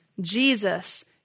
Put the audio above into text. Jesus